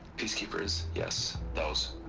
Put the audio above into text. peacekeepers, yes, those